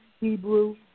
Hebrew